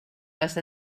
les